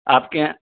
آپ کے یہاں